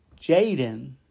Jaden